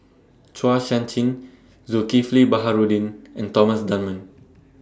Chua Sian Chin Zulkifli Baharudin and Thomas Dunman